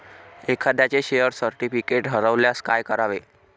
एखाद्याचे share certificate हरवल्यास काय करावे?